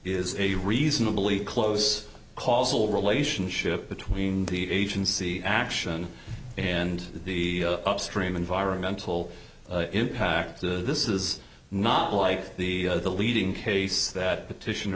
is a reasonably close calls all relationship between the agency action and the upstream environmental impact the this is not like the leading case that petition